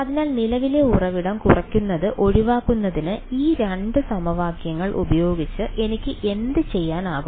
അതിനാൽ നിലവിലെ ഉറവിടം കുറയ്ക്കുന്നത് ഒഴിവാക്കുന്നതിന് ഈ രണ്ട് സമവാക്യങ്ങൾ ഉപയോഗിച്ച് എനിക്ക് എന്തുചെയ്യാനാകും